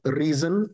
reason